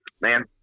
man